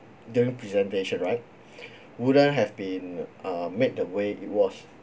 during presentation right wouldn't have been um made the way it was